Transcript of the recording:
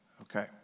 Okay